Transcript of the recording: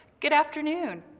good afternoon.